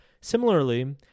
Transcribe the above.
Similarly